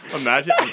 Imagine